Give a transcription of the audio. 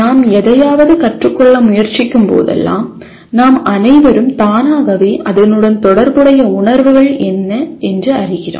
நாம் எதையாவது கற்றுக்கொள்ள முயற்சிக்கும் போதெல்லாம் நாம் அனைவரும் தானாகவே அதனுடன் தொடர்புடைய உணர்வுகள் என்ன அறிகிறோம்